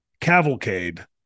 cavalcade